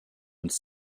uns